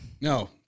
No